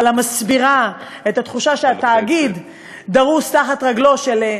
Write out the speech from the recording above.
המסבירה את התחושה שהתאגיד דרוס תחת רגלו של,